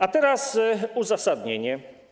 A teraz uzasadnienie.